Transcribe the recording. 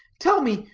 tell me,